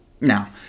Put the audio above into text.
Now